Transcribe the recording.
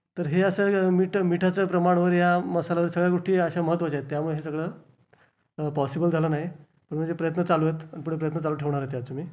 तर हे असं मीठ मिठाचं प्रमाण वगैरे ह्या मसाला वगैरे सगळ्या गोष्टी अशा महत्त्वाच्या आहेत त्यामुळं हे सगळं पॉसिबल झालं नाही म्हणजे प्रयत्न चालू आहेत आणि पुढे प्रयत्न चालू ठेवणार आहे त्याचे मी